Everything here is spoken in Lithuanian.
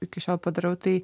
iki šiol padariau tai